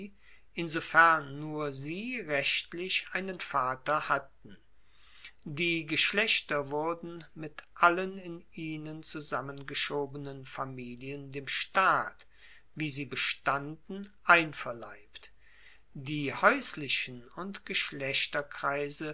insofern nur sie rechtlich einen vater hatten die geschlechter wurden mit allen in ihnen zusammengeschobenen familien dem staat wie sie bestanden einverleibt die haeuslichen und